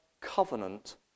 covenant